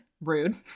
Rude